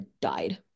died